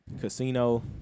Casino